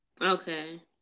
Okay